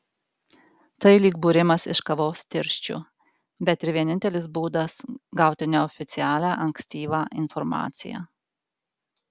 tai lyg būrimas iš kavos tirščių bet ir vienintelis būdas gauti neoficialią ankstyvą informaciją